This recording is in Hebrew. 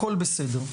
הכל בסדר.